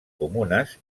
comunes